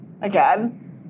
Again